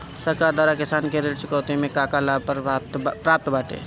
सरकार द्वारा किसानन के ऋण चुकौती में का का लाभ प्राप्त बाटे?